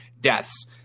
deaths